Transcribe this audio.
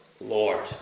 Lord